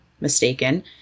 mistaken